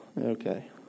Okay